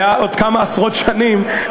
עוד כמה עשרות שנים,